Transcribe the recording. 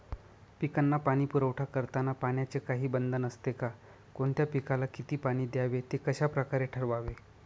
पिकांना पाणी पुरवठा करताना पाण्याचे काही बंधन असते का? कोणत्या पिकाला किती पाणी द्यावे ते कशाप्रकारे ठरवावे?